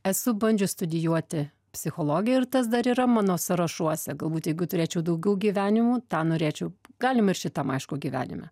esu bandžius studijuoti psichologiją ir tas dar yra mano sąrašuose galbūt jeigu turėčiau daugiau gyvenimų tą norėčiau galim ir šitam aišku gyvenime